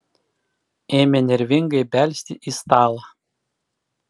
ėmė nervingai belsti į stalą